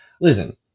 listen